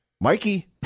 Mikey